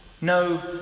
No